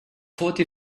forty